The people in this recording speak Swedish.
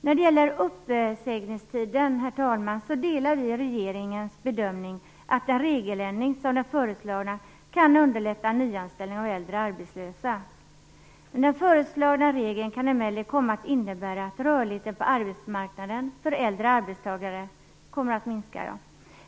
När det gäller uppsägningstiden, herr talman, delar vi regeringens bedömning att en regeländring som den föreslagna kan underlätta nyanställning av äldre arbetslösa. Den föreslagna regeln kan emellertid komma att innebära att rörligheten på arbetsmarknaden för äldre arbetstagare minskar.